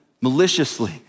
maliciously